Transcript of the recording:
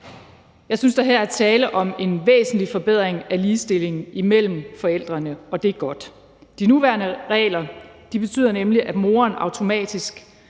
Jeg synes, at der her er tale om en væsentlig forbedring af ligestillingen mellem forældrene, og det er godt. De nuværende regler betyder nemlig, at moren automatisk